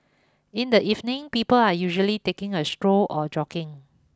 in the evenings people are usually taking a stroll or jogging